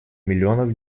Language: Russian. миллионов